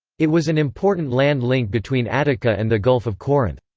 it was an important land link between attica and the gulf of corinth.